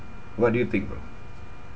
what do you think bro